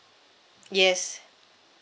yes